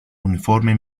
uniforme